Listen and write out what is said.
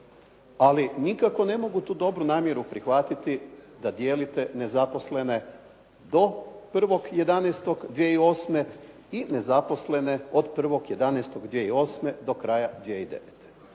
ali nikako ne mogu tu dobru namjeru prihvatiti da dijelite nezaposlene do 1.11.2008. i nezaposlene od 1.11.2008. do kraja 2009.